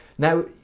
Now